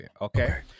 okay